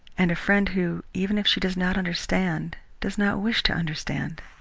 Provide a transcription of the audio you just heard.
and a friend who, even if she does not understand, does not wish to understand.